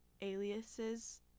aliases